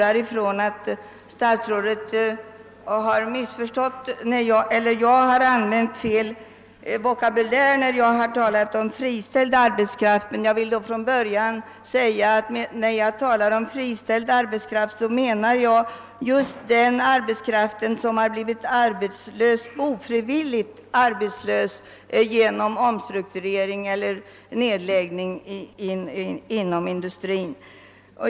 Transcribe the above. Att det uppstått ett missförstånd kan bero på att jag använt felaktig vokabulär när jag talat om »friställd arbetskraft«. Jag vill därför från början framhålla att jag med friställd arbetskraft avser den arbetskraft som ofrivilligt blivit arbetslös på grund av omstrukturering eller nedläggning inom industrin.